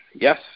Yes